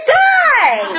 die